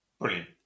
Brilliant